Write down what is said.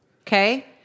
Okay